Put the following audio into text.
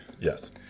yes